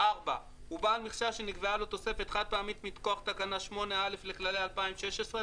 הוא בעל מכסה שנקבעה לו תוספת חד-פעמית מכוח תקנה 8(א) לכללי 2016,